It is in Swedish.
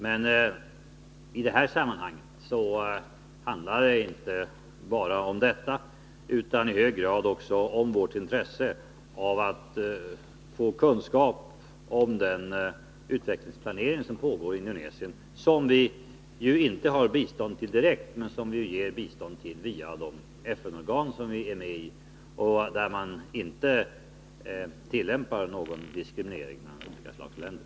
Men i det här sammanhanget handlar det inte bara om detta utan i hög grad också om vårt intresse av att få kunskap om den utvecklingsplanering som pågår i Indonesien, som vi ju inte ger bistånd till direkt utan via de FN-organ vi är med i och där man inte tillämpar någon diskriminering av olika slags länder.